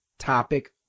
topic